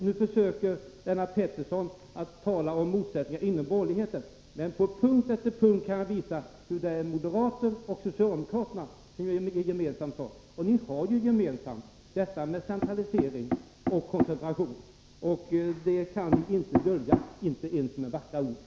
Nu försöker Lennart Pettersson tala om motsättningar inom borgerligheten, men på punkt efter punkt kan jag visa hur det är moderater och socialdemokrater som har gjort gemensam sak. Ni har ju detta med centralisering och koncentration gemensamt, och det kan inte döljas ens med vackra ord.